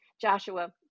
Joshua